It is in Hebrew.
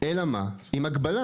אז איפה מהות האיזונים והבלמים?